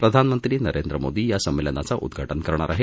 प्रधानमंत्री नरेंद्र मोदी या संमेलनाचं उद्घाटन करतील